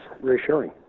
reassuring